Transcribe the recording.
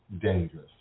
dangerous